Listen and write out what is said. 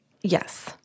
yes